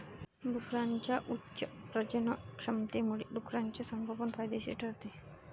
डुकरांच्या उच्च प्रजननक्षमतेमुळे डुकराचे संगोपन फायदेशीर ठरते